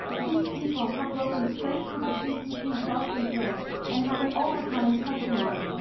these people have broken straight through the ccp's dark influence and have an overcoming testimony.